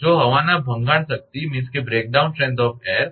જો હવાની ભંગાણ શક્તિ તમારી 21